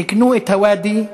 תיקנו את ה"ואדי"